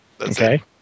Okay